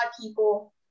people